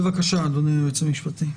בבקשה, אדוני הייעוץ המשפטי.